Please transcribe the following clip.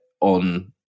on